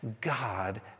God